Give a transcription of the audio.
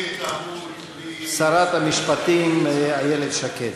היא שרת המשפטים איילת שקד.